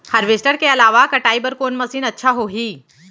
Harvester के अलावा कटाई बर कोन मशीन अच्छा होही?